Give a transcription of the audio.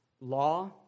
law